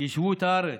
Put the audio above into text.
יישבו את הארץ,